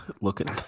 looking